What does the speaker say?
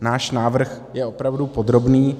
Náš návrh je opravdu podrobný.